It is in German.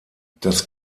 das